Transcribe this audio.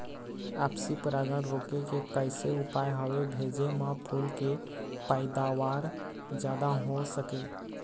आपसी परागण रोके के कैसे उपाय हवे भेजे मा फूल के पैदावार जादा हों सके?